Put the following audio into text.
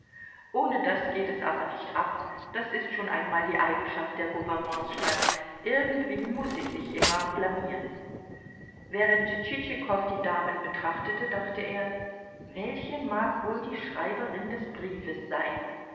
ohne das geht es aber nicht ab das ist schon einmal die eigenschaft der gouvernementsstadt irgendwie muß sie sich immer blamieren während tschitschikow die damen betrachtete dachte er welche mag wohl die schreiberin des briefes sein